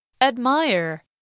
Admire